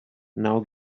now